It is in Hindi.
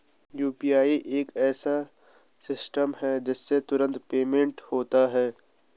यू.पी.आई एक ऐसा सिस्टम है जिससे तुरंत पेमेंट होता है